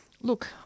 look